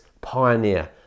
pioneer